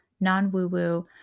non-woo-woo